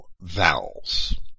vowels